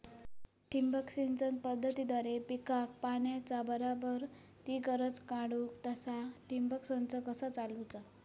ठिबक सिंचन पद्धतीद्वारे पिकाक पाण्याचा बराबर ती गरज काडूक तसा ठिबक संच कसा चालवुचा?